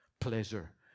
Pleasure